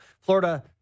Florida